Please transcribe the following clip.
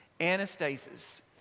anastasis